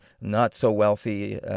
not-so-wealthy